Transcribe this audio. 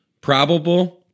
probable